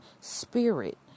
spirit